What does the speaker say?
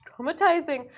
traumatizing